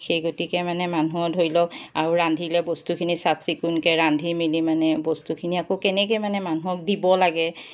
সেই গতিকে মানে মানুহৰ ধৰি লওক আৰু ৰান্ধিলে বস্তুখিনি চাফ চিকুণকৈ ৰান্ধি মেলি মানে বস্তুখিনি আকৌ কেনেকৈ মানে মানুহক দিব লাগে